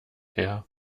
her